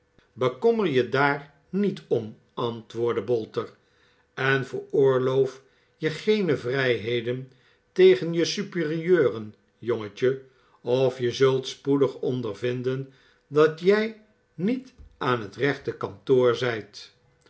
bekommer je daar niet om antwoordde bolter en veroorloof je geene vrijheden tegen je superieuren jongetje of je zult spoedig ondervinden dat jij niet aan het rechte kantoor zijt